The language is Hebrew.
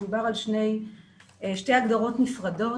מדובר על שתי הגדרות נפרדות,